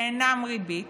שאינם ריבית,